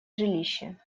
жилище